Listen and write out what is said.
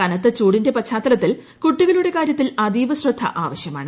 കനത്ത ചൂടിന്റെ പശ്ചാത്തലത്തിൽ കുട്ടി കളുടെ കാര്യത്തിൽ അതീവ ശ്രദ്ധ ആവശ്യമാണ്